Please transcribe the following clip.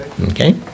Okay